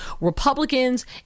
Republicans